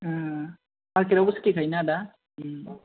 मार्केटआवबो सोलिखायो ना आदा